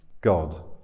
God